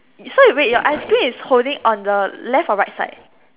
so you wait your ice cream is holding on the left or right side